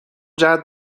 جهت